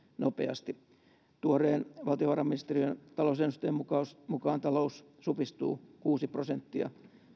nopeasti tuoreen valtiovarainministeriön talousennusteen mukaan talous supistuu kuusi prosenttia